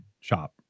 shop